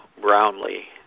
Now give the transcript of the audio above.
Brownlee